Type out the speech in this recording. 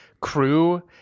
crew